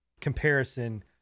comparison